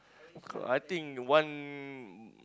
I think one